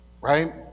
Right